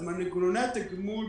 מנגנוני התגמול,